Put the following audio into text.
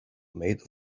made